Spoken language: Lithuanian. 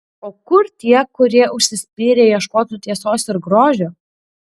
o kur tie kurie užsispyrę ieškotų tiesos ir grožio